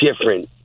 different